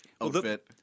outfit